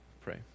Pray